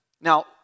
Now